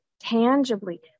tangibly